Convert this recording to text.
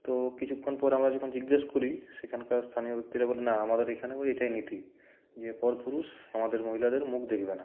তো কিছুক্ষণ পর আমরা যখন জিজ্ঞেস করি সেখানকার স্থানীয় ব্যক্তিরা বলে না আমাদের এখানেও এইটাই নীতি যে পরপুরুষ আমাদের মহিলাদের মুখ দেখবে না